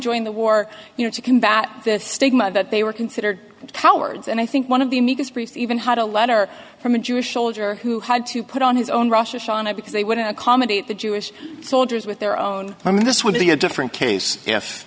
joined the war you know to combat the stigma that they were considered cowards and i think one of the amicus briefs even had a letter from a jewish soldier who had to put on his own rush on it because they would accommodate the jewish soldiers with their own i mean this would be a different case if